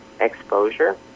exposure